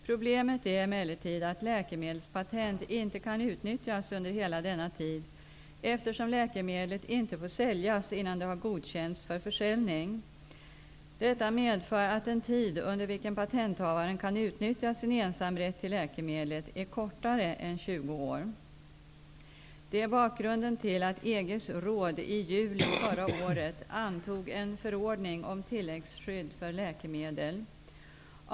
Problemet är emellertid att läkemedelspatent inte kan utnyttjas under hela denna tid eftersom läkemedlet inte får säljas innan det har godkänts för försäljning. Detta medför att den tid under vilken patenthavaren kan utnyttja sin ensamrätt till läkemedlet är kortare än 20 år. Det här är bakgrunden till att EG:s råd i juli förra året antog en förordning om tilläggsskydd för läkemedel.